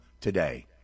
today